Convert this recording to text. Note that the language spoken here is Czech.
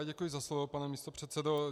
Děkuji za slovo, pane místopředsedo.